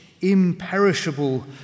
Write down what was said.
imperishable